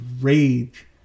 rage